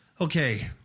Okay